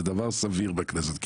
זה דבר סביר בכנסת.